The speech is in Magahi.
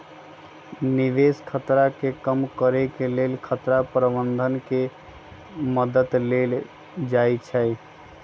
निवेश खतरा के कम करेके लेल खतरा प्रबंधन के मद्दत लेल जाइ छइ